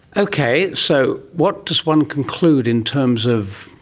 okay, so what does one conclude in terms of,